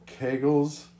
Kegels